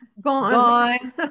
Gone